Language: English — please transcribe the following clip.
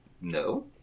No